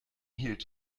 hielt